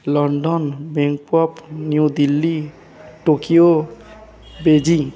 London Bangkok New Delhi Tokyo Beijing